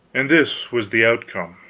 and this was the outcome!